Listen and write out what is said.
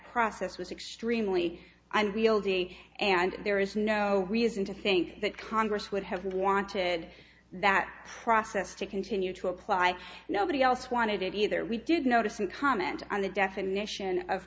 process was extremely and wielding and there is no reason to think that congress would have wanted that process to continue to apply nobody else wanted it either we did notice and comment on the definition of